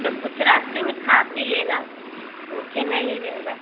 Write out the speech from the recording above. तो कुछ रास्ते में खा पी लेना भूखे नहीं रहना